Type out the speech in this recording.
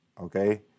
Okay